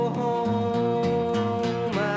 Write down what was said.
home